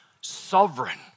sovereign